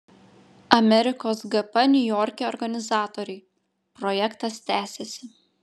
amerikos gp niujorke organizatoriai projektas tęsiasi